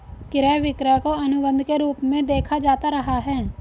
क्रय विक्रय को अनुबन्ध के रूप में देखा जाता रहा है